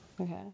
okay